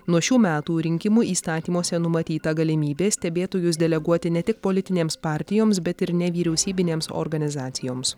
nuo šių metų rinkimų įstatymuose numatyta galimybė stebėtojus deleguoti ne tik politinėms partijoms bet ir nevyriausybinėms organizacijoms